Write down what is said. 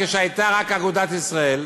כשהייתה רק אגודת ישראל,